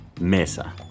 mesa